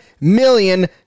million